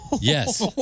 Yes